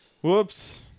Whoops